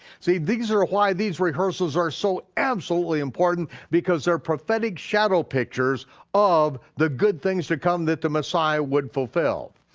see, these are why these rehearsals are so absolutely important, because they're prophetic shadow pictures of the good things to come that the messiah would fulfill.